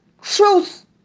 truth